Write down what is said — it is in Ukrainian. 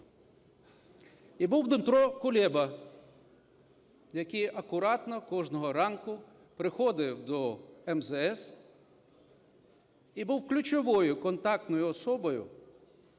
І був Дмитро Кулеба, який акуратно кожного ранку приходив до МЗС і був ключовою контактною особою